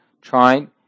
trying